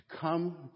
come